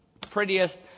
prettiest